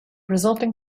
resulting